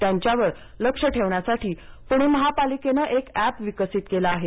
त्यांच्यावर लक्ष ठेवण्यासाठी पूणे महापालिकेने एक अॅप विकसित केले आहे